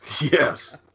yes